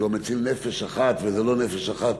ש"המציל נפש אחת" וזה לא נפש אחת,